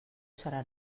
serà